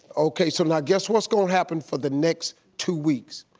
okay so now guess what's gonna happen for the next two weeks?